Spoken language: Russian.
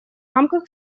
рамках